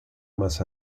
más